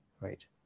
right